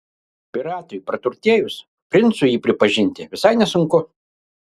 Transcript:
piratui praturtėjus princu jį pripažinti visai nesunku